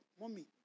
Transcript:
mommy